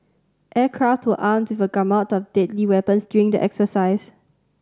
aircraft were armed with a gamut of deadly weapons during the exercise